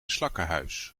slakkenhuis